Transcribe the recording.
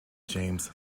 james